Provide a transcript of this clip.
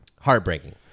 heartbreaking